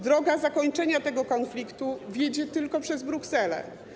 Droga do zakończenia tego konfliktu wiedzie tylko przez Brukselę.